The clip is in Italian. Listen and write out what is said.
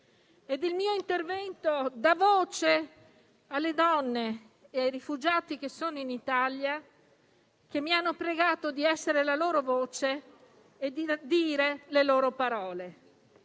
Il mio intervento dà voce alle donne e ai rifugiati che sono in Italia, che mi hanno pregato di essere la loro voce e di dire le loro parole.